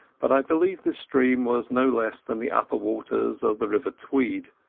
but i believe this stream was no less than the upper waters of the river tweed.